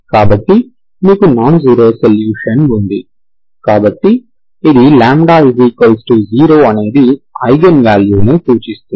కాబట్టి మీకు non zero solution ఉంది కాబట్టి ఇది λ 0 అనేది ఐగెన్ వాల్యూని సూచిస్తుంది